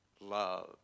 love